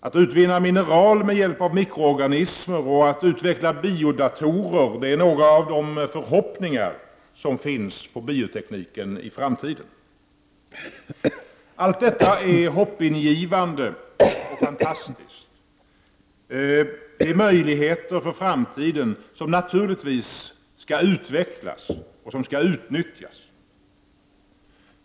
Att kunna utvinna mineral med hjälp av mikroorganismer och att utveckla biodatorer är några av de förhoppningar som finns i fråga om biotekniken inför framtiden. Allt detta är hoppingivande och fantastiskt. Detta ger möjligheter inför framtiden som naturligtvis skall utvecklas och utnyttjas.